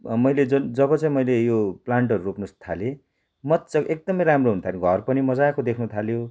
मैले जब चाहिँ मैले यो प्लान्टहरू रोप्नु थालेँ मजाको एकदमै राम्रो हुन थाल्यो घर पनि मजाको देख्नु थाल्यो